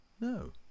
no